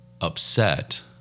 upset